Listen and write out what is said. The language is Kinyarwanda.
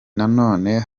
nanone